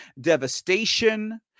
devastation